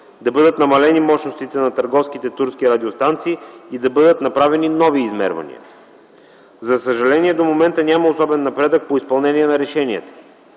да бъдат намалени мощностите на търговските турски радиостанции и да бъдат направени нови измервания. За съжаление до момента няма особен напредък по изпълнение на решенията.